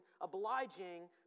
obliging